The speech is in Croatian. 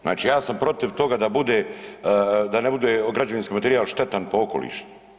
Znači ja sam protiv toga da bude, da ne bude građevinski materijal štetan po okoliš.